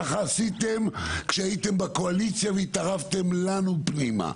ככה עשיתם כשהייתם בקואליציה והתערבתם לנו פנימה.